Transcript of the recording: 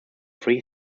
free